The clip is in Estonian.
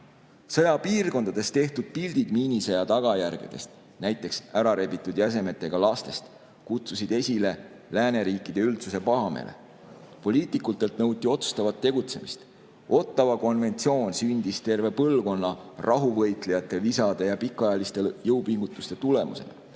Sõjapiirkondades tehtud pildid miinisõja tagajärgedest, näiteks ärarebitud jäsemetega lastest, kutsusid esile lääneriikide üldsuse pahameele. Poliitikutelt nõuti otsustavat tegutsemist. Ottawa konventsioon sündis terve põlvkonna rahuvõitlejate visade ja pikaajaliste jõupingutuste tulemusena.